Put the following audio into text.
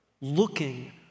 looking